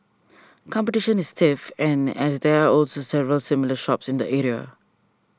competition is stiff and as there are also several similar shops in the area